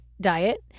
diet